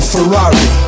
Ferrari